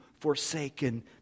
forsaken